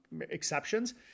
exceptions